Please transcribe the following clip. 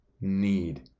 need